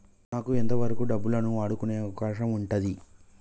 నాకు ఎంత వరకు డబ్బులను వాడుకునే అవకాశం ఉంటది?